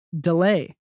delay